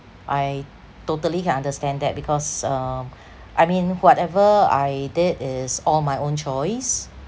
I totally can understand that because um I mean whatever I did is all my own choice